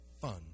fun